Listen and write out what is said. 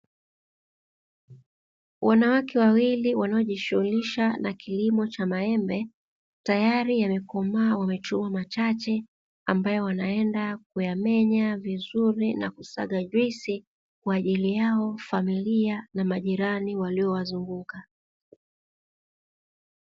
Wanawake wawili wanaojishughulisha na kilimo cha maembe tayari yamekomaa wamechuma machache ambayo wanaenda kuyamenya vizuri na kusaga juisi kwa ajili yao, familia na majirani waliowazunguka.